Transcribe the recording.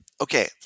Okay